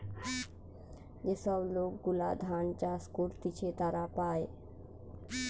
যে সব লোক গুলা ধান চাষ করতিছে তারা পায়